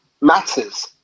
matters